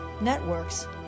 networks